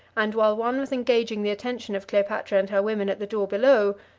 and while one was engaging the attention of cleopatra and her women at the door below,